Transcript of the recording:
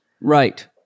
Right